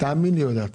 תאמין לי שהיא יודעת.